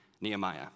Nehemiah